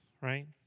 right